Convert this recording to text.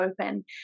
open